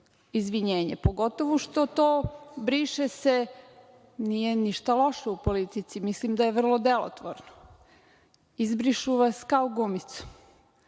izvinjenje. Pogotovu što to „briše se“ nije ništa loše u politici, mislim da je vrlo delotvorno - izbrišu vas kao gumicom.